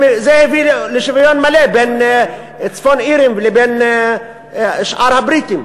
זה הביא לשוויון מלא בין צפון-אירים לבין שאר הבריטים.